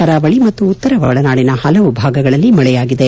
ಕರಾವಳಿ ಮತ್ತು ಉತ್ತರ ಒಳನಾಡಿನ ಹಲವು ಭಾಗಗಳಲ್ಲಿ ಮಳೆಯಾಗಿದೆ